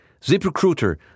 ZipRecruiter